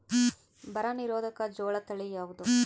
ಬರ ನಿರೋಧಕ ಜೋಳ ತಳಿ ಯಾವುದು?